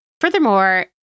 furthermore